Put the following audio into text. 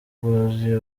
bwuzuye